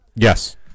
Yes